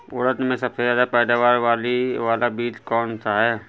उड़द में सबसे अच्छा पैदावार वाला बीज कौन सा है?